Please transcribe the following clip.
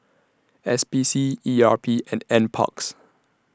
S P C E R P and N Parks